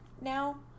now